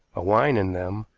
a whine in them,